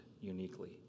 uniquely